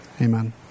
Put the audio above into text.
Amen